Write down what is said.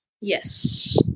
Yes